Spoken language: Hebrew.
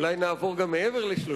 אולי נעבור גם את ה-30,